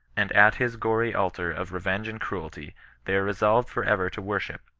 and at his gory altar of revenge and cruelty they are resolved for ever to worship,